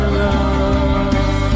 love